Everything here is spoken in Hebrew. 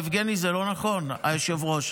יבגני, היושב-ראש,